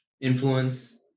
influence